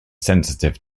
sensitive